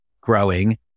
growing